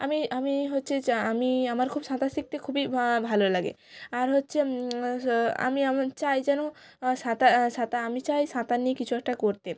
আমি আমি হচ্ছে যে আমি আমার খুব সাঁতার শিখতে খুবই ভালো লাগে আর হচ্ছে আমি এমন চাই যেন সাঁতার আমি চাই সাঁতার নিয়ে কিছু একটা করতে